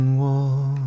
wall